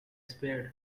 spade